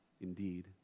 indeed